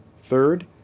Third